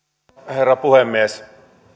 herra puhemies